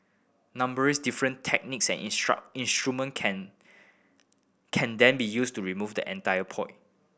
numerous different techniques and instruments can can then be used to remove the entire polyp